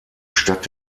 stadt